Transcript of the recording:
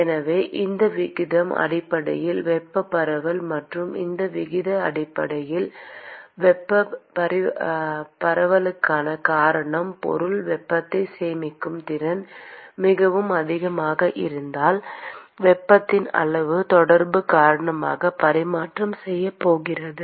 எனவே இந்த விகிதம் அடிப்படையில் வெப்பப் பரவல் மற்றும் இந்த விகிதம் வெப்பப் பரவலுக்கான காரணம் பொருள் வெப்பத்தைச் சேமிக்கும் திறன் மிகவும் அதிகமாக இருந்தால் வெப்பத்தின் அளவு தொடர்பு காரணமாக பரிமாற்றம் செய்யப் போகிறது